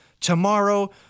tomorrow